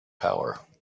power